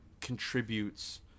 contributes